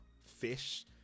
fish